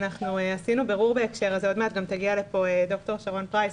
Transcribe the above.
עשינו בירור בהקשר הזה עוד מעט תגיע לכאן דוקטור שרון פרייס,